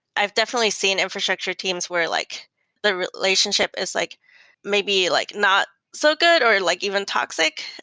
i've definitely seen infrastructure teams where like the relationship is like maybe like not so good or like even toxic.